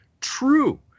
true